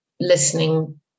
listening